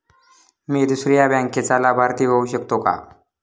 मी दुसऱ्या बँकेचा लाभार्थी होऊ शकतो का?